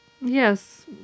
Yes